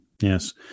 Yes